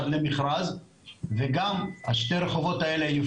זאת אומרת, אנחנו